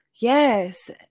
yes